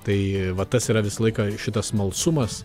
tai va tas yra visą laiką šitas smalsumas